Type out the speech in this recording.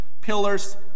pillars